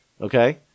Okay